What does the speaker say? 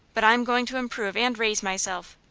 but i'm going to improve and raise myself.